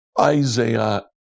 Isaiah